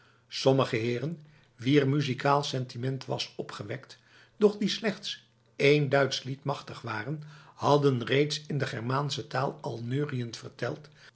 sommige heren wier muzikaal sentiment was opgewekt doch die slechts één duits lied machtig waren hadden reeds in de germaanse taal al neuriënd verteld